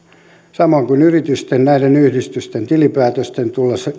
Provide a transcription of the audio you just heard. samoin kuin yritysten näiden yhdistysten tilinpäätösten